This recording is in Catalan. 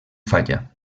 falla